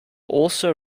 also